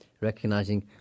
recognizing